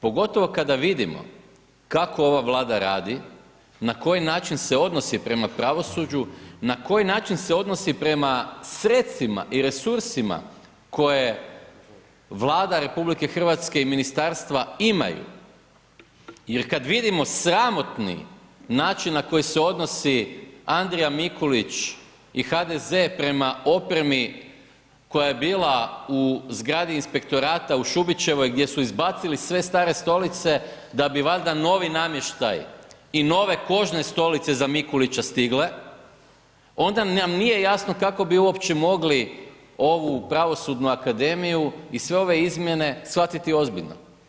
Pogotovo kada vidimo kako ova Vlada radi, na koji način se odnosi prema pravosuđu, na koji način se odnosi prema sredstvima i resursima koje Vlada RH i ministarstva imaju jer kad vidimo sramotni način na koji se odnosi Andrija Mikulić i HDZ prema opremi koja je bila u zgradi inspektorata u Šubićevoj gdje su izbacili sve stare stolice da bi valjda novi namještaj i nove kožne stolice za Mikulića stigle, onda nam nije jasno kako bi uopće mogli ovu Pravosudnu akademiju i sve ove izmjene shvatiti ozbiljno.